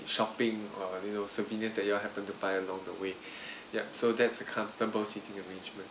shopping or you know souvenirs that you all happen to buy along the way yup so that's a comfortable seating arrangement